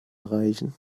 reichen